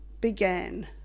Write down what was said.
began